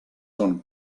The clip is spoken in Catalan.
són